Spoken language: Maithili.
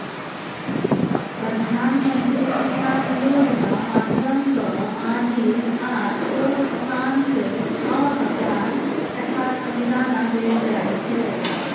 प्रधानमंत्री किसान योजना माध्यमसँ माँझिल आ छोट किसानकेँ छअ हजार टका सलियाना देल जाइ छै